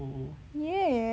ya